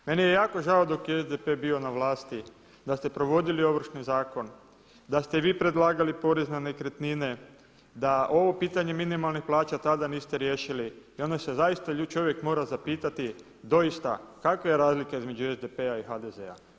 Meni je jako žao dok je SDP bio na vlasti da ste provodili Ovršni zakon, da ste vi predlagali porez na nekretnine, da ovo pitanje minimalnih plaća tada niste riješili i onda se zaista čovjek mora zapitati, doista kakva je razlika između SPD-a i HDZ-a.